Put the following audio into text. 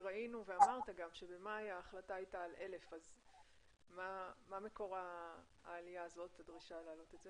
ראינו שבמאי ההחלטה הייתה על 1000. מה מקור העלייה והדרישה להעלות?